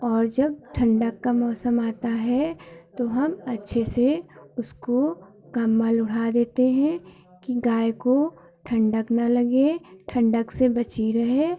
और जब ठंडक का मौसम आता है तो हम अच्छे से उसको कंबल ओढ़ा देते हैं कि गाय को ठंडक ना लगे ठंडक से बची रहे